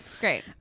great